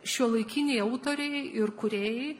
šiuolaikiniai autoriai ir kūrėjai